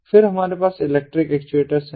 फिर हमारे पास इलेक्ट्रिक एक्चुएटर्स हैं